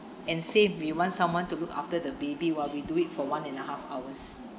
and same we want someone to look after the baby while we do it for one and a half hours